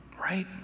right